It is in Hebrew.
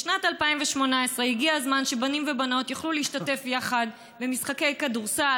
בשנת 2018 הגיע הזמן שבנים ובנות יוכלו להשתתף יחד במשחקי כדורסל,